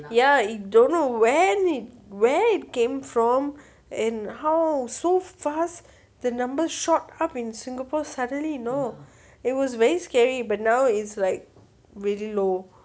ya I don't know when where it came from and how so fast the numbers shot up in singapore suddenly you know it was very scary but now is like really low